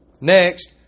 Next